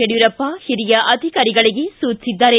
ಯಡಿಯೂರಪ್ಪ ಹಿರಿಯ ಅಧಿಕಾರಿಗಳಿಗೆ ಸೂಚಿಸಿದ್ದಾರೆ